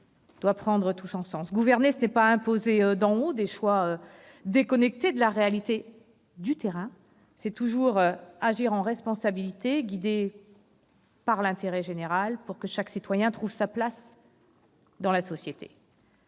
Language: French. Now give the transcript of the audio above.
» doit prendre tout son sens : gouverner, ce n'est pas imposer d'en haut des choix déconnectés de la réalité du terrain ; c'est toujours agir en responsabilité, guidé par l'intérêt général, pour que chaque citoyen trouve sa place dans la société.